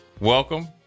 welcome